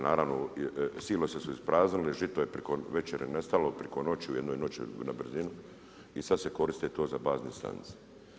Naravno silose su ispraznili, žito je preko većre nestalo, preko noći u jednoj noći na brzinu i sad se koristiti to za bazne stanice.